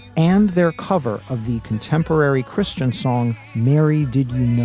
and their cover of the contemporary christian song. mary, did